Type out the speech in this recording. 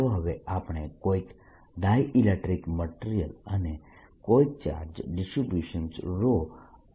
ચાલો હવે આપણે કોઈક ડાયઈલેક્ટ્રીક મટીરીયલ અને કોઈક ચાર્જ ડિસ્ટ્રીબ્યુશન જોઈએ